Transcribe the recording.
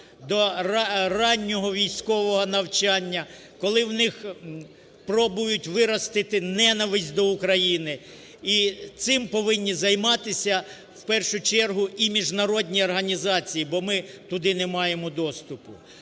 до раннього військового навчання, коли у них пробують виростити ненависть до України і цим повинні займатися в першу чергу і міжнародні організації, бо ми туди не маємо доступу.